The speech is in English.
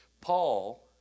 Paul